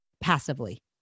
passively